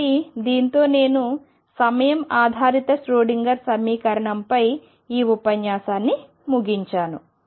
కాబట్టి దీనితో నేను సమయం ఆధారిత ష్రోడింగర్ సమీకరణంపై ఈ ఉపన్యాసాన్ని ముగించాను